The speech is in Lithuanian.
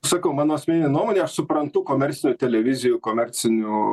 sakau mano asmeninė nuomonė aš suprantu komercinių televizijų komercinių